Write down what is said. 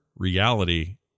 Reality